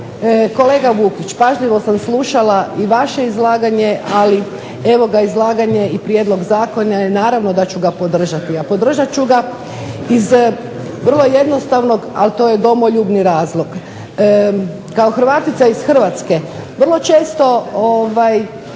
Kolega Vukić pažljivo sam slušala i vaše izlaganje, ali evo ga izlaganje i prijedlog zakona i naravno da ću ga podržati. A podržat ću ga iz vrlo jednostavnog, a to je domoljubni razlog. Kao Hrvatica iz Hrvatske vrlo često